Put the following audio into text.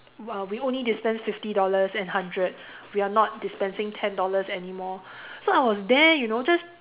we'll we only dispense fifty dollars and hundred we are not dispensing ten dollars anymore so I was there you know just